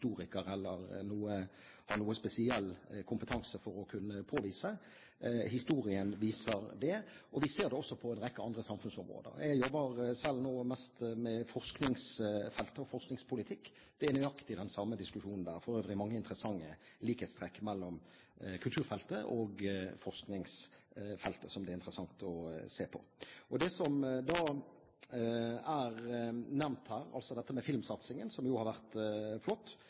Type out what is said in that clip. historiker eller ha noen spesiell kompetanse for å kunne påvise. Historien viser det, og vi ser det også på en rekke andre samfunnsområder. Jeg jobber selv nå mest med forskningsfeltet og forskningspolitikk. Det er nøyaktig den samme diskusjonen der. For øvrig er det mange interessante likhetstrekk mellom kulturfeltet og forskningsfeltet som det er interessant å se på. Når det gjelder filmsatsingen, som er nevnt her – som har vært flott